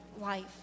life